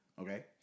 Okay